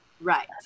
Right